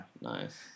Nice